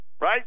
right